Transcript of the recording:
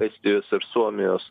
estijos ir suomijos